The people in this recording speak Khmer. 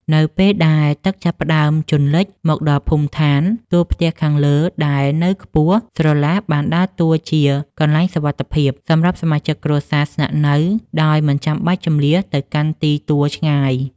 នៅពេលដែលទឹកចាប់ផ្ដើមជន់លិចមកដល់ភូមិឋាន តួផ្ទះខាងលើដែលនៅខ្ពស់ស្រឡះបានដើរតួជា កន្លែងសុវត្ថិភាព សម្រាប់សមាជិកគ្រួសារស្នាក់នៅដោយមិនចាំបាច់ជម្លៀសទៅកាន់ទីទួលឆ្ងាយ។